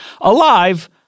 alive